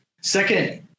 Second